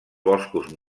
boscos